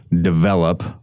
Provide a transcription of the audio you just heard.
develop